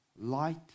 Light